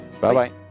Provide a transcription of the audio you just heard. Bye-bye